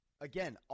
again